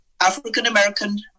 African-American